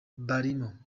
barimo